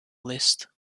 list